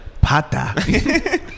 Pata